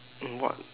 mm what